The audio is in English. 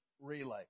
relay